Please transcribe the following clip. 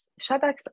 Shabaks